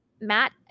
Matt